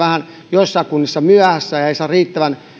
joissain kunnissa vähän myöhässä ja ei saa riittävän